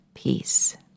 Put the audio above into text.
peace